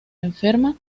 enferma